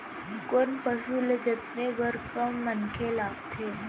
कोन पसु ल जतने बर कम मनखे लागथे?